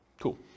Cool